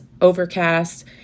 Overcast